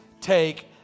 take